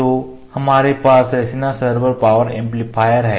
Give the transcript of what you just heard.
तो हमारे पास रैनीसा सर्वर पावर एम्पलीफायर है